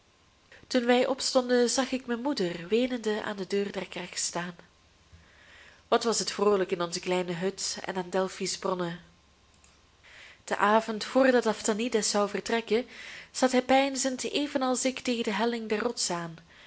toen wij opstonden zag ik mijn moeder weenende aan de deur der kerk staan wat was het vroolijk in onze kleine hut en aan delphi's bronnen den avond voordat aphtanides zou vertrekken zat hij peinzend evenals ik tegen de helling der rots